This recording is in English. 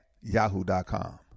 yahoo.com